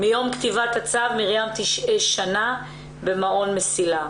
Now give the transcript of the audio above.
מרים תשהה שנה במעון "מסילה",